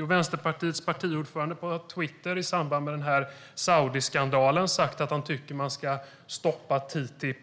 Jo, Vänsterpartiets partiordförande skrev på Twitter i samband med Saudiskandalen att han tycker att man ska stoppa TTIP.